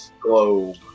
Globe